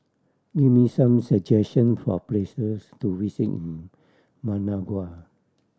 give me some suggestion for places to visit in Managua